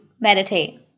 meditate